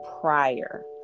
prior